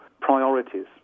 priorities